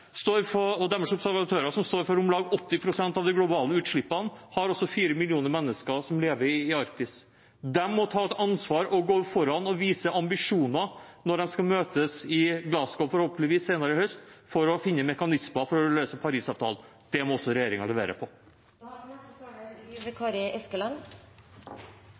står for om lag 80 pst. av de globale utslippene, har også fire millioner mennesker som lever i Arktis. De må ta et ansvar, gå foran og vise ambisjoner når de forhåpentligvis skal møtes i Glasgow senere, i høst, for å finne mekanismer for å nå Parisavtalen. Det må også regjeringen levere